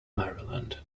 maryland